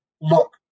look